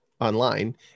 online